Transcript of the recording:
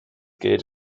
geld